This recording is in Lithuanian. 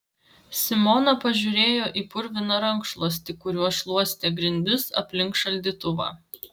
simona pažiūrėjo į purviną rankšluostį kuriuo šluostė grindis aplink šaldytuvą